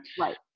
Right